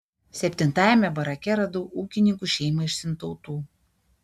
septintajame barake radau ūkininkų šeimą iš sintautų